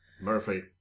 Murphy